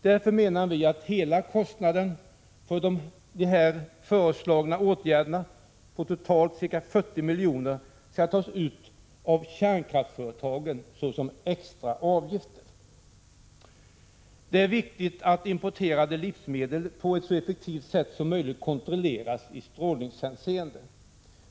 Därför menar vi att hela kostnaden för de här föreslagna åtgärderna, ca 40 milj.kr., skall tas ut av kärnkraftsföretagen såsom extra avgifter. Det är viktigt att importerade livsmedel på ett så effektivt sätt som möjligt kontrolleras i strålningshänseende.